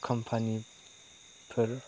कम्पानिफोर